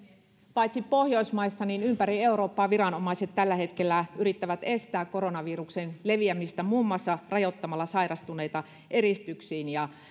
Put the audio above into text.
paitsi pohjoismaissa myös ympäri eurooppaa viranomaiset tällä hetkellä yrittävät estää koronaviruksen leviämistä muun muassa rajoittamalla sairastuneita eristyksiin ja